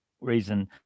reason